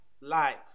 life